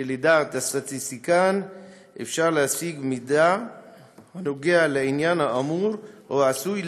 שלדעת הסטטיסטיקן אפשר להשיג מידע הנוגע לעניין האמור או העשוי